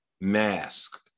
mask